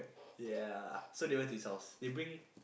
ya so that one is his house they bring